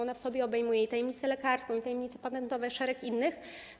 Ona w sobie obejmuje tajemnicę lekarską, tajemnice patentowe i szereg innych.